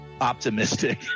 optimistic